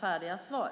kvarstår.